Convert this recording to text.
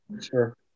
Sure